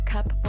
Cup